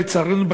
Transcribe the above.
לצערנו,